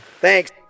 Thanks